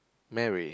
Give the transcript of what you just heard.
Mary